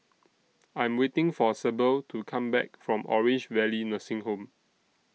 I Am waiting For Sable to Come Back from Orange Valley Nursing Home